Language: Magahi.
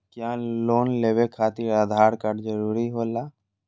क्या लोन लेवे खातिर आधार कार्ड जरूरी होला?